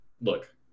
look